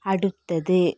അടുത്തത്